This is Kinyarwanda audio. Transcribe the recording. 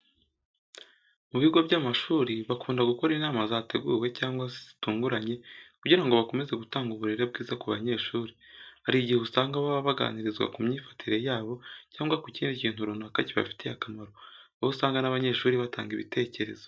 Mu bigo by'amashuri bakunda gukora inama zateguwe cyangwa se zitunguranye kugira ngo bakomeze gutanga uburere bwiza ku banyeshuri. Hari igihe usanga baba baganirizwa ku myifatire yabo cyangwa ku kindi kintu runaka kibafitiye akamaro, aho usanga n'abanyeshuri batanga ibitekerezo.